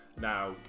now